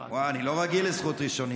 וואו, אני לא רגיל לזכות ראשונים.